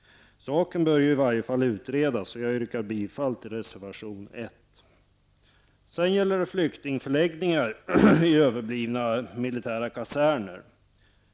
Saken bör i varje fall utredas, och jag yrkar bifall till reservation 1. Sedan gäller det flyktingförläggningar i överblivna militära kaserner.